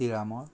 तिळामोळ